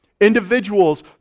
individuals